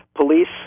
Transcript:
police